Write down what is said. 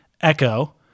echo